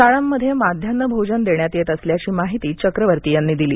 शाळामध्ये माध्यान्ह भोजन देण्यात येत असल्याची माहिती चक्रवर्ती यांनी दिली